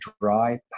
dry